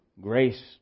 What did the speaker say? grace